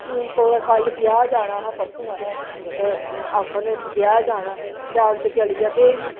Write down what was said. हून कुदै कल ब्याह् जाना हा परसूं असें ते आखन ब्याह् जाना जागत चली गेआ देवी